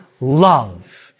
love